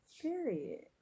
Period